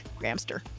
gramster